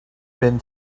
been